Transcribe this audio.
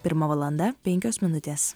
pirma valanda penkios minutės